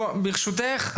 ברשותך,